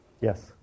Yes